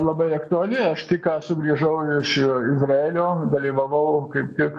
labai aktuali aš tik ką sugrįžau iš izraelio dalyvavau kaip tik